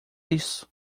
isso